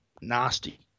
nasty